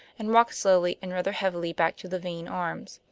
and walked slowly and rather heavily back to the vane arms.